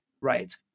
right